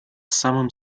самым